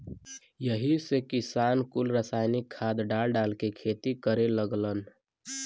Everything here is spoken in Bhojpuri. यही से किसान कुल रासायनिक खाद डाल डाल के खेती करे लगलन